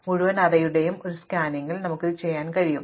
മുഴുവൻ അറേയുടെയും ഒരു സ്കാനിൽ നമുക്ക് ഇത് ചെയ്യാൻ കഴിയും